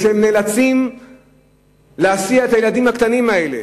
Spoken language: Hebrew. הם שנאלצים להסיע את הילדים הקטנים האלה.